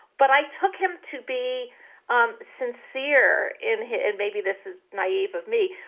but i took him to be um sincere in it. and maybe this is naive of me,